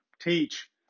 teach